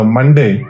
Monday